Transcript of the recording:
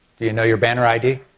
do you know your banner id?